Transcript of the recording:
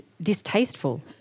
distasteful